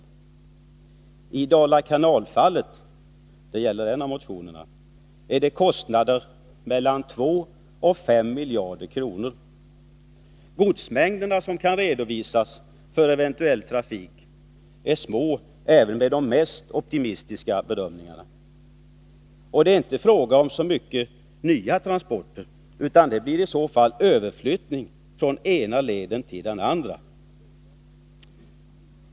I fallet Dala kanal, som behandlas i en av motionerna, är det fråga om kostnader på mellan 2 och 5 miljarder kronor. De godsmängder som kan redovisas som underlag för en eventuell trafik är små även enligt de mest optimistiska bedömningarna. Det är heller inte fråga om så mycket av nya transporter, utan om överflyttning av transporter från den ena leden till den andra.